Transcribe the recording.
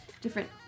different